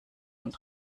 und